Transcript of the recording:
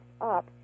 up